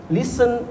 listen